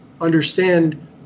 understand